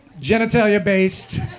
genitalia-based